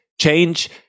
Change